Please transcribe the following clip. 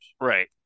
Right